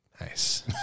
nice